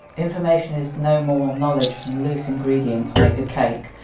information is no more knowledge than loose ingredients make a cake.